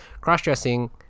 cross-dressing